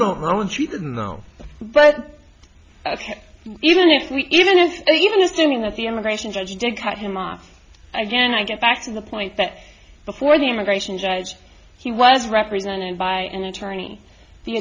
didn't know but even if we even if even assuming that the immigration judge did cut him off again i get back to the point that before the immigration judge he was represented by an attorney the